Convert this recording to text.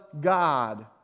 God